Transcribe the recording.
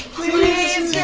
please